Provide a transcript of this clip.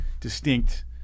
distinct